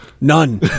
None